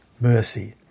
mercy